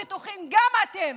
תהיו בטוחים גם אתם